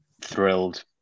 thrilled